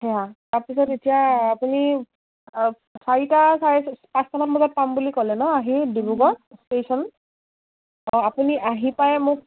সেয়া তাৰপিছত এতিয়া আপুনি চাৰিটা চাৰে পাঁচটামান বজাত পাম বুলি ক'লে ন আহি ডিব্ৰুগড় ষ্টেচন অঁ আপুনি আহি পায়ে মোক